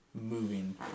moving